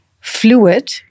fluid